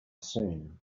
soon